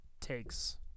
takes